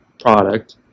product